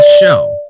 Show